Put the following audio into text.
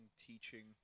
teaching